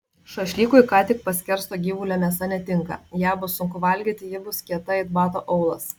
šašlykui ką tik paskersto gyvulio mėsa netinka ją bus sunku valgyti ji bus kieta it bato aulas